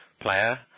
player